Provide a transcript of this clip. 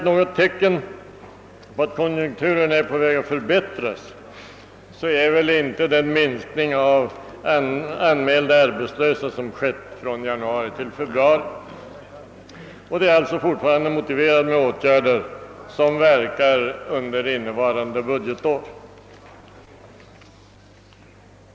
Något tecken på att konjunkturen är på väg att förbättras torde inte den minskning av antalet anmälda arbetslösa, som skett från januari till februari, innebära, och det är alltså fortfarande motiverat med åtgärder som verkar under innevarande budgetår.